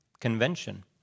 Convention